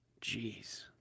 Jeez